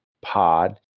pod